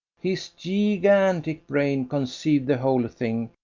his geegantic brain conceived the whole thing,